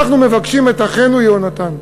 אנחנו מבקשים את אחינו יונתן.